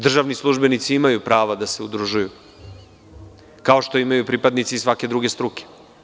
Državni službenici imaju pravo da se udružuju, kao što imaju pripadnici svake druge struke.